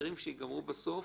ההסדרים שייגמרו בסוף